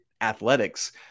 athletics